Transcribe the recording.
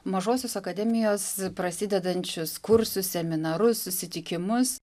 mažosios akademijos prasidedančius kursus seminarus susitikimus